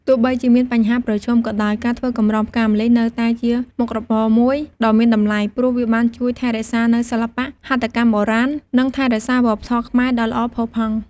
ទោះបីជាមានបញ្ហាប្រឈមក៏ដោយ ការធ្វើកម្រងផ្កាម្លិះនៅតែជាមុខរបរមួយដ៏មានតម្លៃ ព្រោះវាបានជួយថែរក្សានូវសិល្បៈហត្ថកម្មបុរាណ និងថែរក្សាវប្បធម៌ខ្មែរដ៏ល្អផូរផង់។